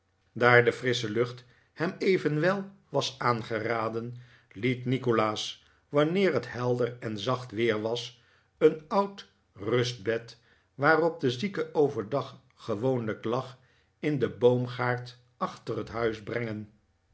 daar de frissche lucht hem evenwel was aangeraden liet nikolaas wanneer het helder en zacht weer was een oud rustbed waarop de zieke overdag gewoonlijk lag in den boomgaard achter het huis brengen